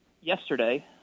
yesterday